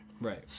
Right